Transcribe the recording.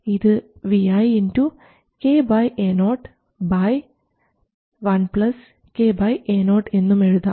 ഇത് Vi k Ao 1 k Ao എന്നും എഴുതാം